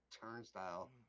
turnstile